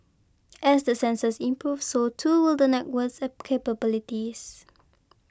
as the sensors improve so too will the network's capabilities